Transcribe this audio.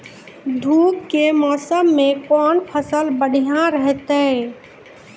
धूप के मौसम मे कौन फसल बढ़िया रहतै हैं?